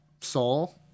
Saul